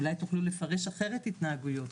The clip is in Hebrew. אולי תוכלו לפרש אחרת התנהגויות,